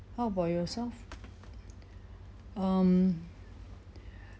how about yourself um